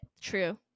True